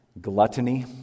gluttony